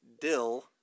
dill